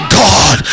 god